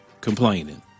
complaining